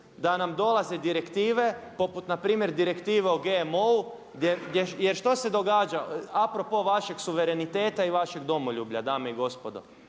da nam dolaze direktive poput npr. direktive o GMO-u. Jer što se događa, a pro po vašeg suvereniteta i vašeg domoljublja dame i gospodo